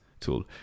tool